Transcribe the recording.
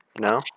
No